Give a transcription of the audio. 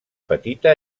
petita